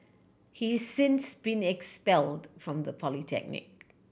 he since been expelled from the polytechnic